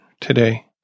today